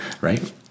Right